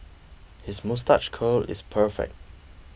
his moustache curl is perfect